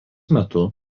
metu